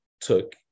took